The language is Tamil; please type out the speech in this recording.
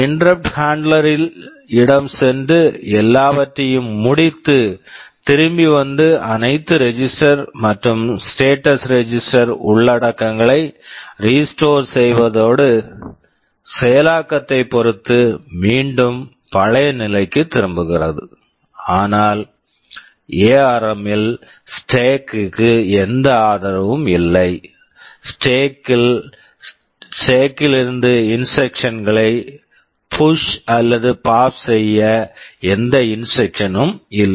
இன்டெரப்ட் ஹாண்ட்லெர் interrupt handler இடம் சென்று எல்லாவற்றையும் முடித்து திரும்பி வந்து அனைத்து ரெஜிஸ்டர் register கள் மற்றும் ஸ்டேட்டஸ் ரெஜிஸ்டர் status register உள்ளடக்கங்களை ரீஸ்டோர் restore செய்வதோடு செயலாக்கத்தைப் பொறுத்து மீண்டும் பழைய நிலைக்குத் திரும்புகிறது ஆனால் எஆர்ம் ARM இல் ஸ்டேக் stack கிற்கு எந்த ஆதரவும் இல்லை ஸ்டேக் stack க்கில் அல்லது ஸ்டேக் stack கிலிருந்து இன்ஸ்ட்ரக்க்ஷன் instruction களை புஷ் push அல்லது பாப் pop செய்ய எந்த இன்ஸ்ட்ரக்க்ஷன் instruction ம் இல்லை